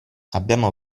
abbiamo